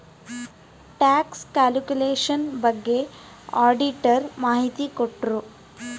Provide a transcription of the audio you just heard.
tax calculation ಬಗ್ಗೆ auditor ಮಾಹಿತಿ ಕೊಟ್ರು